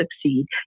succeed